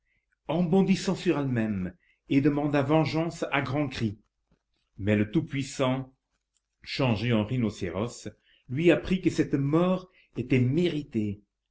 en bondissant sur elle-même et demanda vengeance à grands cris mais le tout-puissant changé en rhinocéros lui apprit que cette mort était méritée